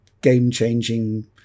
game-changing